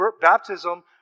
baptism